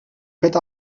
fet